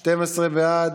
סובה,